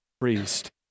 priest